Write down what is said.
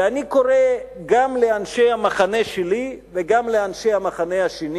ואני קורא גם לאנשי המחנה שלי וגם לאנשי המחנה השני